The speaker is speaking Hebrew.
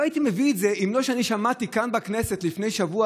לא הייתי מביא את זה אלמלא שמעתי כאן בכנסת לפני שבוע,